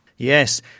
Yes